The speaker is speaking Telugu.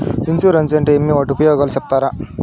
ఇన్సూరెన్సు అంటే ఏమి? వాటి ఉపయోగాలు సెప్తారా?